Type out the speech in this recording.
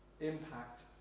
Impact